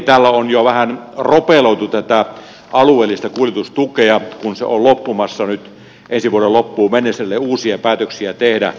täällä on jo vähän ropeloitu tätä alueellista kuljetustukea kun se on loppumassa nyt ensi vuoden loppuun mennessä ellei uusia päätöksiä tehdä